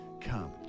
come